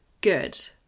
good